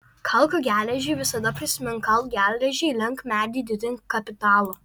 kalk geležį visada prisimink kalk geležį lenk medį didink kapitalą